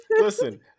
listen